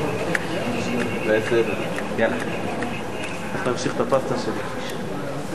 וחנין זועבי בסדר-היום של הכנסת לא נתקבלה.